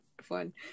fun